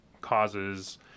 causes